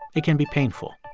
it can be painful.